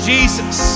Jesus